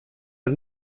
der